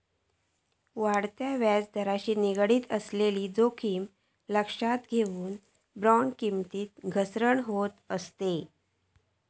वाढत्या व्याजदराशी निगडीत असलेली जोखीम लक्षात घेऊन, बॉण्ड किमतीत घसरण होत असता